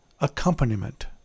accompaniment